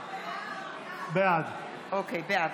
בעד אימאן